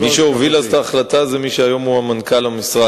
מי שהוביל אז את ההחלטה זה מי שהיום הוא מנכ"ל המשרד.